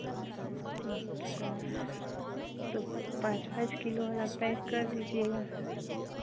अच्छा तो पाँच पाँच किलो वाला पैक कर दीजिएगा